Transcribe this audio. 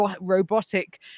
robotic